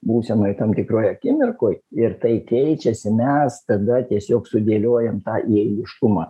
būsenoj tam tikroj akimirkoj ir tai keičiasi mes tada tiesiog sudėliojam tą į eiliškumą